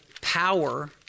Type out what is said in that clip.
power